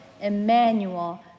Emmanuel